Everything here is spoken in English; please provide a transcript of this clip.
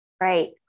Right